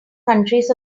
countries